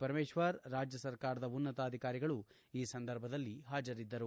ಪರಮೇಶ್ವರ್ ರಾಜ್ಯ ಸರ್ಕಾರದ ಉನ್ನತ ಅಧಿಕಾರಿಗಳು ಈ ಸಂದರ್ಭದಲ್ಲಿ ಹಾಜರಿದ್ದರು